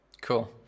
Cool